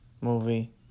movie